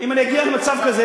אם אגיע למצב כזה,